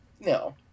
No